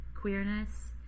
queerness